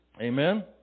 Amen